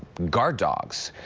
guard dogs.